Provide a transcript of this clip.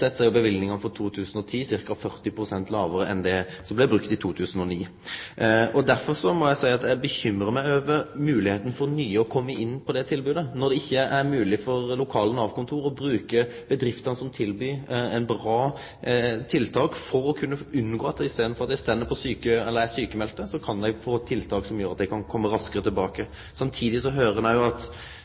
sett er løyvingane for 2010 ca. 40 pst. lågare enn det som blei brukt i 2009. Eg må seie at eg bekymrar meg for moglegheitene for nye til å kome inn på det tilbodet, når det ikkje er mogleg for lokale Nav-kontor å bruke dei bedriftene som tilbyr bra tiltak, slik at ein i staden for å vere sjukmeld kan få tiltak som gjer at ein kan kome raskare tilbake. Samtidig høyrer me at statsråden viser til IA-avtalen. Eg har sjekka litt i IA-avtalen, og fleire stader er jo Raskere tilbake nemnd. Ser ikkje statsråden at